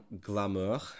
Glamour